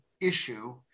issue